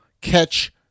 catch